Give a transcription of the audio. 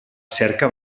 cerca